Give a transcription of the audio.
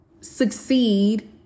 succeed